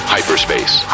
Hyperspace